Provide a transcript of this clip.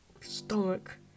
stomach